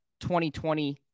2020